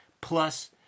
plus